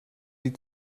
die